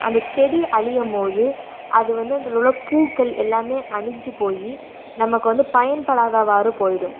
அந்தச் செடி அழியும் போது அது வந்து அதன் உள்ளே பூக்கள் எல்லாமே அழிஞ்சு போய் நமக்கு வந்து பயன்படாதவாறு போயிடும்